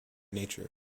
nature